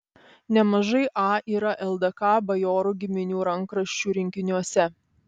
nemažai a yra ldk bajorų giminių rankraščių rinkiniuose